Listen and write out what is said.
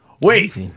Wait